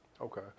Okay